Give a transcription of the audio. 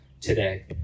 today